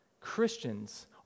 Christians